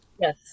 Yes